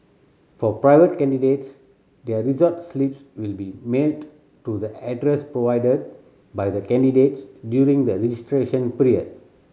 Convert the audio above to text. for private candidates their result slips will be mailed to the address provided by the candidates during the registration